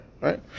right